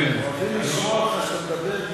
רוצים לשמוע אותך שאתה מדבר דברי אמת.